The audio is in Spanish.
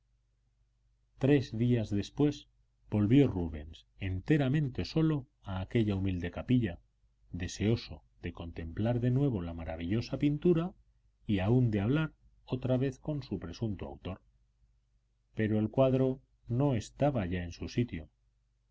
tres días después volvió rubens enteramente solo a aquella humilde capilla deseoso de contemplar de nuevo la maravillosa pintura y aun de hablar otra vez con su presunto autor pero el cuadro no estaba ya en su sitio